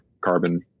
Carbon